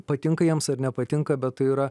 patinka jiems ar nepatinka bet tai yra